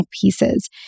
pieces